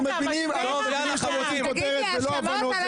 אנחנו מבינים שאתם רוצים כותרת ולא הבנות,